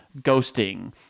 ghosting